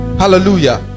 hallelujah